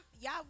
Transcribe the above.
y'all